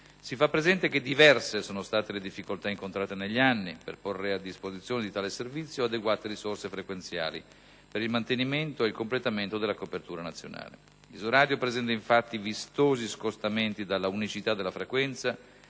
si fa presente che diverse sono state le difficoltà incontrate negli anni per porre a disposizione di tale servizio adeguate risorse frequenziali, per il mantenimento e il completamento della copertura nazionale. Isoradio presenta, infatti, vistosi scostamenti dalla unicità della frequenza,